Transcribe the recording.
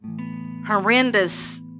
horrendous